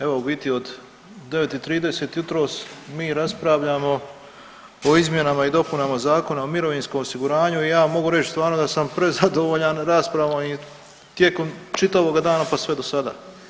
Evo u biti od 9,30 jutros mi raspravljamo o izmjenama i dopunama Zakona o mirovinskom osiguranju i ja mogu reći stvarno da sam prezadovoljan raspravom i tijekom čitavoga dana pa sve do sada.